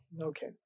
okay